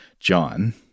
John